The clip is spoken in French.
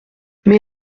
mais